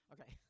Okay